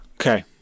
Okay